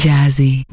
Jazzy